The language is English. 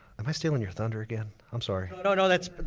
am i stealing your thunder again, i'm sorry. no, no, that's but